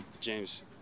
james